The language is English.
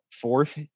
fourth